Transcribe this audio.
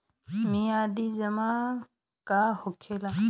मियादी जमा का होखेला?